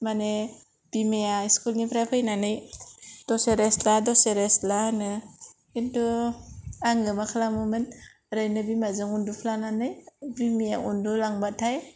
माने बिमाया स्कुलनिफ्राय फैनानै दसे रेस्थ ला दसे रेस्थ ला होनो खिन्थु आङो मा खालामोमोन ओरैनो बिमाजों उन्दुफ्लानानै बिमाया उन्दुलांब्लाथाय